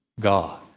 God